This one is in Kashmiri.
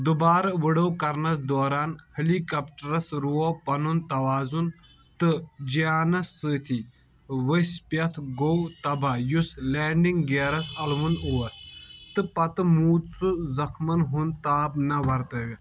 دُبارٕ وٕڑو کرنَس دوران ہیلی کاپٹرس رو پَنُن تَوازُن تہٕ جیانس سۭتی ؤسۍ پٮ۪تھ گوٚو تباہ یُس لینڈنگ گیرس اَلونٛد اوس تہٕ پتہٕ موٗد سُہ زخمن ہُنٛد تاب نہٕ ورتٲوِتھ